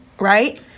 Right